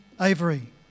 Avery